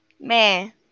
man